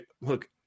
look